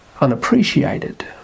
unappreciated